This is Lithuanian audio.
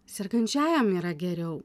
sergančiajam yra geriau